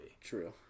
True